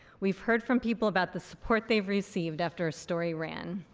we've heard from people about the support they've received after a story ran.